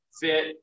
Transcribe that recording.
Fit